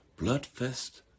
Bloodfest